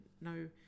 no